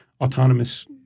autonomous